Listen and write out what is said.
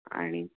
आणि